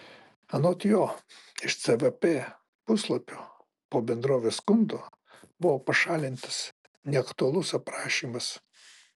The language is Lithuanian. anot jo iš cvp puslapio po bendrovės skundo buvo pašalintas neaktualus aprašymas